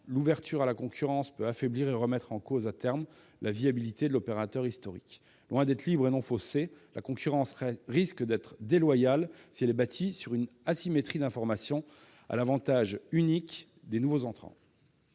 l'ouverture à la concurrence peut affaiblir et remettre en cause, à terme, la viabilité de ce dernier. Loin d'être libre et non faussée, la concurrence risque d'être déloyale si elle est bâtie sur une asymétrie d'information à l'avantage des nouveaux entrants.